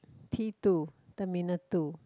T two terminal two